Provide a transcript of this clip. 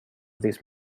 these